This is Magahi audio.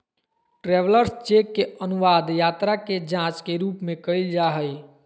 ट्रैवेलर्स चेक के अनुवाद यात्रा के जांच के रूप में कइल जा हइ